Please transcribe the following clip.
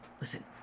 Listen